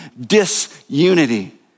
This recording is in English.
disunity